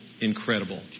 Incredible